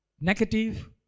negative